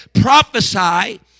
Prophesy